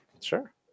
Sure